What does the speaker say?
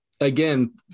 Again